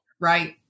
Right